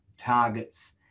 targets